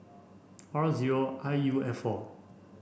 R zero I U F four